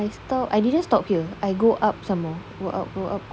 I stop I didn't stop here I go up some more I go up go up go up